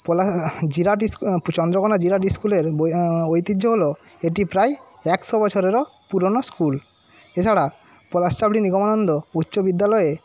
পলা জেলা ইস্কুল চন্দ্রকনা জেলা ইস্কুলের ঐতিহ্য হল এটি প্রায় একশো বছরেরও পুরনো স্কুল এছাড়া পলাশসাবড়ি নিগমানন্দ উচ্চ বিদ্যালয়ে